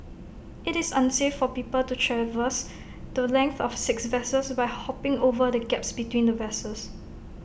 IT is unsafe for people to traverse the length of six vessels by hopping over the gaps between the vessels